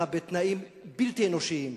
בתנאים בלתי אנושיים,